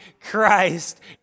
Christ